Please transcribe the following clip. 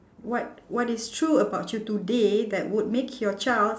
what what is true about you today that would make your child